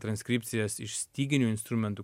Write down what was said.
transkripcijas iš styginių instrumentų